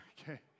Okay